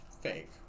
fake